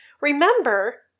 remember